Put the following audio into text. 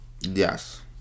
Yes